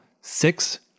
six